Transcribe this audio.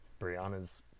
Brianna's